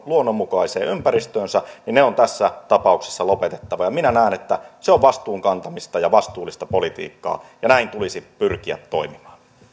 luonnonmukaiseen ympäristöönsä ne on tässä tapauksessa lopetettava minä näen että se on vastuun kantamista ja vastuullista politiikkaa ja näin tulisi pyrkiä toimimaan